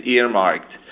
earmarked